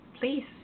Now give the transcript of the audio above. please